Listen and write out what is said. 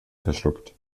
verschluckt